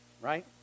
right